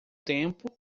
tempo